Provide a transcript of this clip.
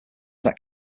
that